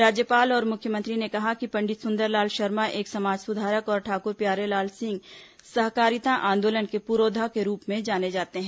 राज्यपाल और मुख्यमंत्री ने कहा कि पंडित सुंदरलाल शर्मा एक समाज सुधारक और ठाकुर प्यारेलाल सिंह सहकारिता आंदोलन के पुरोधा के रूप में जाने जाते हैं